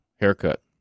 haircut